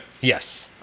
Yes